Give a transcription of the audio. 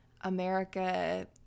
America